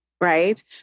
right